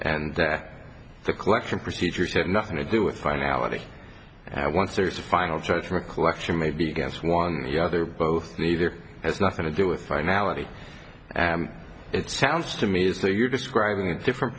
and that the collection procedures have nothing to do with finality and once there's a final judgment collection maybe against one other both neither has nothing to do with finality and it sounds to me as though you're describing a different